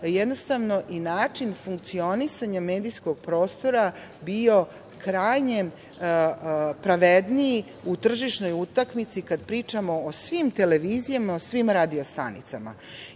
veća, ali bi i način funkcionisanja medijskog prostora bio krajnje pravedniji u tržišnoj utakmici kada pričamo o svim televizijama, o svim radio